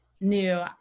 new